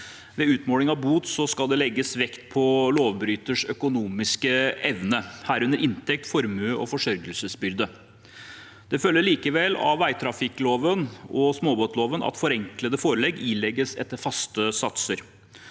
Ved utmåling av bot skal det legges vekt på lovbryters økonomiske evne, herunder inntekt, formue og forsørgelsesbyrde. Det følger likevel av vegtrafikkloven og småbåtloven at forenklede forelegg ilegges etter faste satser.